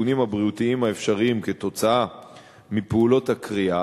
הסיכונים הבריאותיים האפשריים כתוצאה מפעולות הכרייה,